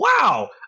wow